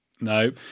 no